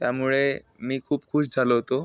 त्यामुळे मी खूप खूश झालो होतो